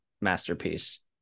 masterpiece